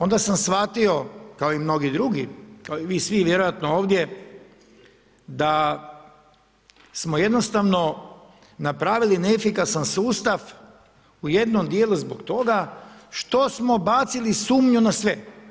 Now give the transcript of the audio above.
Onda sam shvatio kao i mnogi drugi kao i vi svi vjerojatno ovdje da smo jednostavno napravili neefikasan sustav u jednom dijelu zbog toga što smo bacili sumnju na sve.